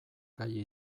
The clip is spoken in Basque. gai